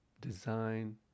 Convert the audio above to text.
design